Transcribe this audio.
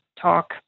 talk